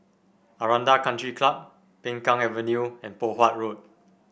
Aranda Country Club Peng Kang Avenue and Poh Huat Road